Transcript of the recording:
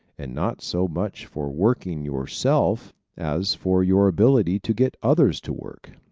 and not so much for working yourself as for your ability to get others to work.